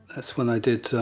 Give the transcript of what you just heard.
that's when i did,